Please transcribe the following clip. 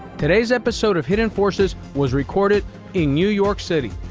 today's episode of hidden forces was recorded in new york city.